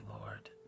Lord